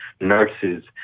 nurses